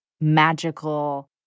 magical